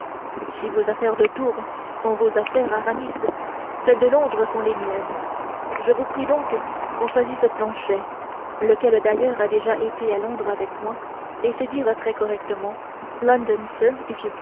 si vos affaires de tours sont vos affaires aramis celles de londres sont les miennes je prie donc qu'on choisisse planchet lequel d'ailleurs a déjà été à londres avec moi et sait dire très correctement